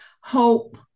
Hope